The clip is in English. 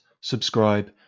subscribe